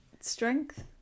strength